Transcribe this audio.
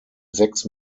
sechs